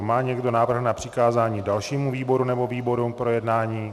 Má někdo návrh na přikázání dalšímu výboru nebo výborům k projednání?